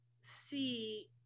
see